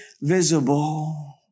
visible